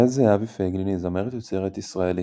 איה זהבי פייגלין היא זמרת-יוצרת ישראלית.